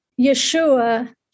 Yeshua